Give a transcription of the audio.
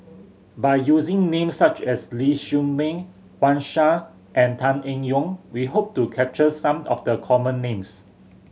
by using names such as Ling Siew May Wang Sha and Tan Eng Yoon we hope to capture some of the common names